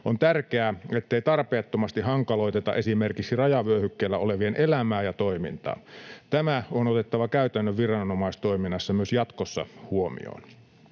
On tärkeää, ettei tarpeettomasti hankaloiteta esimerkiksi rajavyöhykkeellä olevien elämää ja toimintaa. Tämä on otettava käytännön viranomaistoiminnassa myös jatkossa huomioon.